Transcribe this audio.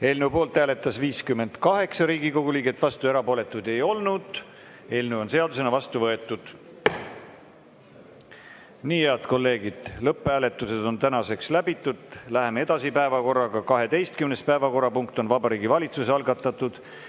Eelnõu poolt hääletas 58 Riigikogu liiget, vastuolijaid ega erapooletuid ei olnud. Eelnõu on seadusena vastu võetud. Nii, head kolleegid, lõpphääletused on tänaseks läbitud. Läheme päevakorraga edasi. 12. päevakorrapunkt on Vabariigi Valitsuse algatatud